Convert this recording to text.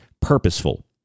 purposeful